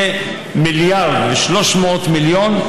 כמיליארד ו-300 מיליון,